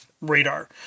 radar